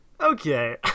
okay